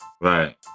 Right